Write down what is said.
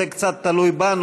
זה קצת תלוי בנו.